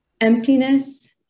Emptiness